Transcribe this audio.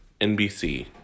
NBC